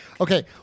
Okay